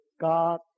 God